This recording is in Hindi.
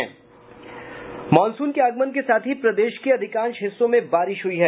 मॉनसून के आगमन के साथ ही प्रदेश के अधिकांश हिस्सों में बारिश हुई है